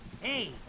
Hey